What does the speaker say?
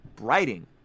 writing